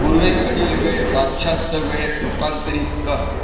पूर्वेकडील वेळ पाश्चात्य वेळेत रूपांतरित कर